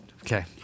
Okay